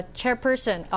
chairperson